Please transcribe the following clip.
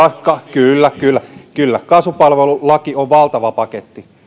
kyllä kyllä kyllä kasvupalvelulaki on valtava paketti